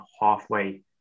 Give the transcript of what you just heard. halfway